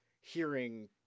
hearing